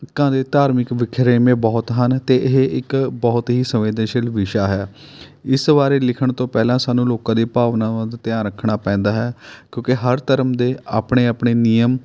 ਲੋਕਾਂ ਦੇ ਧਾਰਮਿਕ ਵਖਰੇਵੇਂ ਬਹੁਤ ਹਨ ਅਤੇ ਇਹ ਇੱਕ ਬਹੁਤ ਹੀ ਸੰਵੇਦਨਸ਼ੀਲ ਵਿਸ਼ਾ ਹੈ ਇਸ ਬਾਰੇ ਲਿਖਣ ਤੋਂ ਪਹਿਲਾਂ ਸਾਨੂੰ ਲੋਕਾਂ ਦੀ ਭਾਵਨਾਵਾਂ ਦਾ ਧਿਆਨ ਰੱਖਣਾ ਪੈਂਦਾ ਹੈ ਕਿਉਂਕਿ ਹਰ ਧਰਮ ਦੇ ਆਪਣੇ ਆਪਣੇ ਨਿਯਮ